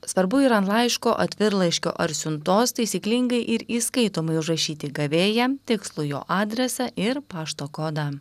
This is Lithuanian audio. svarbu ir ant laiško atvirlaiškio ar siuntos taisyklingai ir įskaitomai užrašyti gavėją tikslų jo adresą ir pašto kodą